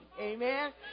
Amen